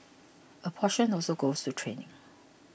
a portion also goes to training